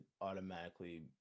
automatically